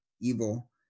evil